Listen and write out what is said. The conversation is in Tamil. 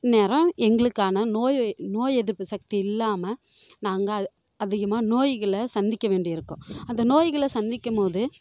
இந்நேரம் எங்களுக்கான நோய் நோய் எதிர்ப்பு சக்தி இல்லாமல் நாங்கள் அது அதிகமாக நோய்களை சந்திக்க வேண்டியிருக்கும் அந்த நோய்களை சந்திக்கும்போது